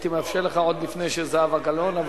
הייתי מאפשר לך עוד לפני זהבה גלאון,